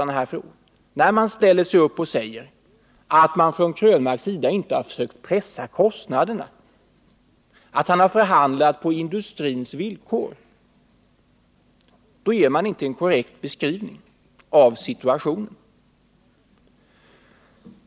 När man ställer sig upp och säger att Eric Krönmark inte har försökt pressa kostnaderna, att han har förhandlat på industrins villkor, då ger man inte en korrekt beskrivning av situationen.